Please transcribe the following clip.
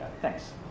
Thanks